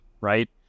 right